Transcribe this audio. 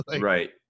Right